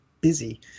busy